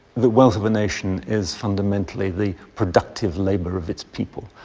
the wealth of a nation is fundamentally the productive labor of its people.